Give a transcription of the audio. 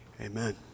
amen